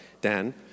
Dan